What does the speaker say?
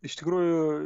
iš tikrųjų